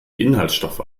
inhaltsstoffe